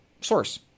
source